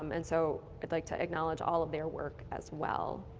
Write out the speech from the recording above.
um and so i'd like to acknowledge all of their work as well.